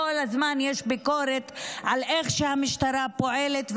כל הזמן יש ביקורת על איך שהמשטרה פועלת,